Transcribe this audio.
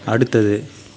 அடுத்தது